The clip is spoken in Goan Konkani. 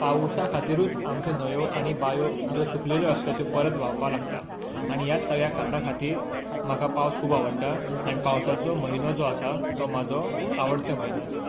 पावसा खातीरूच आमच्यो न्हंयो आनी बांयो ज्यो सुकिल्ल्यो आसता त्यो परत व्हांवपाक लागतात आनी ह्याच सगळ्या कारणा खातीर म्हाका पावस खूब आवडटा आनी पावसाचो म्हयनो जो आसा तो म्हाजो आवडटो म्हयनो आसा